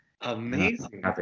Amazing